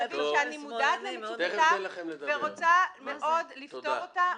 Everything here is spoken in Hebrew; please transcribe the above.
אביב שאני מודעת למצוקתם ורוצה מאוד לפתור אותה --- תודה.